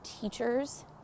teachers